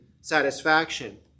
satisfaction